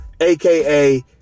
aka